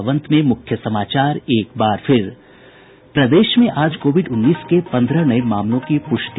और अब अंत में मुख्य समाचार एक बार फिर प्रदेश में आज कोविड उन्नीस के पंद्रह नये मामलों की प्रष्टि